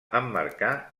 emmarcar